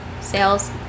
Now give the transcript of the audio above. sales